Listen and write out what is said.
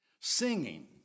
singing